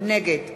נגד